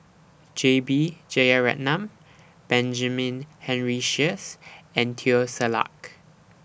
J B Jeyaretnam Benjamin Henry Sheares and Teo Ser Luck